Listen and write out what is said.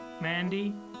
Mandy